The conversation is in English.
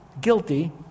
guilty